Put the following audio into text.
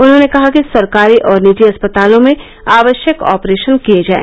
उन्होंने कहा कि सरकारी और निजी अस्पतालों में आवश्यक ऑपरेशन किए जाए